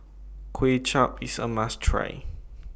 Kway Chap IS A must Try